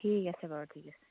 ঠিক আছে বাৰু ঠিক আছে